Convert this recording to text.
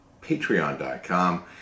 Patreon.com